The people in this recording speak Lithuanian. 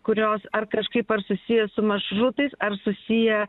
kurios ar kažkaip ar susiję su maršrutais ar susiję